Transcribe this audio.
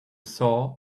saw